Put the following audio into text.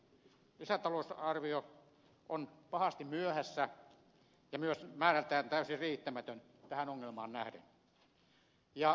lisätalousarvio on pahasti myöhässä ja myös määrältään täysin riittämätön tähän ongelmaan nähden